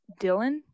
Dylan